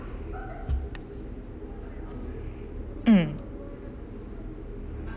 mm